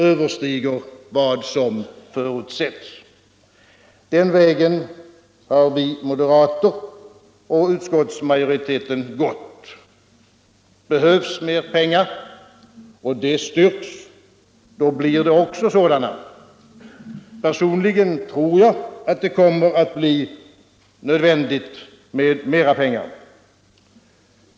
Den vägen har utskottsmajoriteten, dit vi moderater hör, gått. Behövs mer pengar och det kan styrkas, anslås också medel. Personligen tror jag att det kommer att bli nödvändigt med mer pengar.